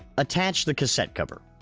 attach the cassette cover.